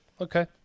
okay